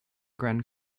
gran